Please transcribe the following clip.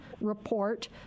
report